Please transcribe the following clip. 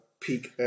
peak